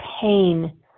pain